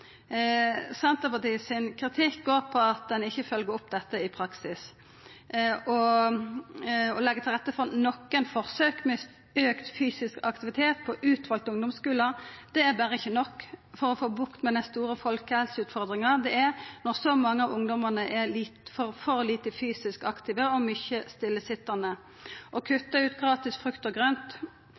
Senterpartiet sin kritikk går på at ein ikkje følgjer opp dette i praksis. Å leggja til rette for nokre forsøk med auka fysisk aktivitet på utvalde ungdomsskular er berre ikkje nok for å få bukt med den store folkehelseutfordringa det er når så mange av ungdommane er for lite fysisk aktive og mykje stillesitjande. Å kutta ut gratis frukt og grønt